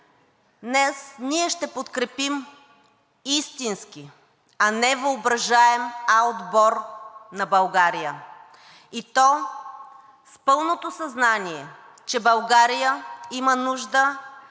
Днес ние ще подкрепим истински, а не въображаем А отбор на България, и то с пълното съзнание, че България има нужда